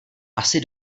asi